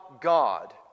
God